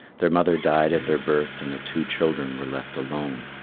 their mother died at their birth and the two children were left alone.